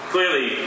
Clearly